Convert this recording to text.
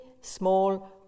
small